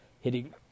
hitting